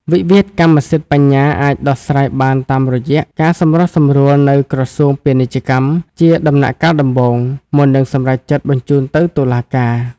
វិវាទកម្មសិទ្ធិបញ្ញាអាចដោះស្រាយបានតាមរយៈការសម្រុះសម្រួលនៅក្រសួងពាណិជ្ជកម្ម ជាដំណាក់កាលដំបូង មុននឹងសម្រេចចិត្តបញ្ជូនទៅតុលាការ។